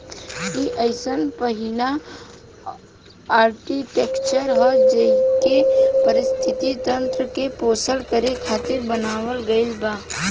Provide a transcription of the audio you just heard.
इ अइसन पहिला आर्कीटेक्चर ह जेइके पारिस्थिति तंत्र के पोषण करे खातिर बनावल गईल बा